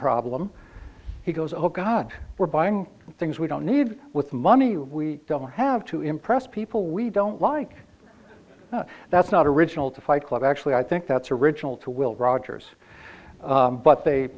problem he goes oh god we're buying things we don't need with money we don't have to impress people we don't like that's not original to fight club actually i think that's original to will rogers but they